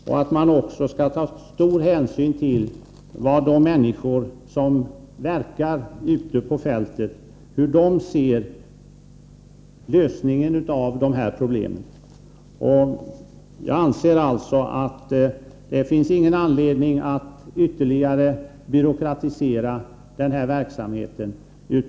Vidare skall man ta stor hänsyn till på vilket sätt de människor som verkar ute på fältet vill att problemen skall lösas. Jag anser alltså att det inte finns någon anledning att ytterligare byråkratisera den här verksamheten.